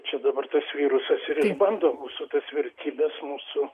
čia dabar tas virusas ir išbando mūsų tas vertybes mūsų